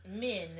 men